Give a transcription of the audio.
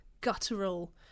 guttural